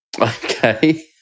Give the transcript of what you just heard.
Okay